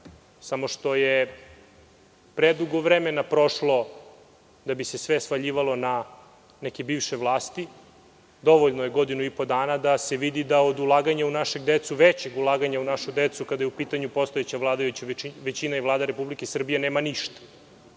samo što je predugo vremena prošlo da bi se sve svaljivalo na neke bivše vlasti. Dovoljno je godinu i po dana da se vidi da od ulaganja u našu decu, većeg ulaganja u našu decu kada je u pitanju postojeća vladajuća većina i Vlada Republike Srbije, nema ništa.